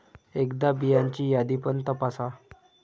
एकदा बियांची यादी पण तपासा